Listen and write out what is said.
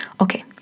Okay